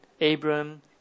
Abram